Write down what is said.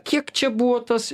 kiek čia buvo tas